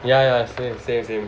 ya ya same same same